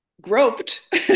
groped